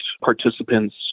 participants